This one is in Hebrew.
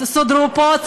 סודרו פה,